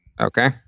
Okay